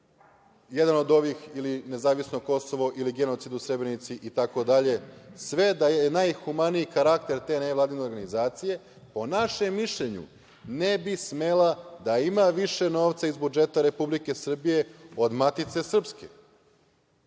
jedan od ovih ili nezavisno Kosovo ili genocid u Srebrenici i tako dalje, sve da je najhumaniji karakter te nevladine organizacije, po našem mišljenju ne bi smela da ima više novca iz budžeta Republike Srbije od Matice srpske,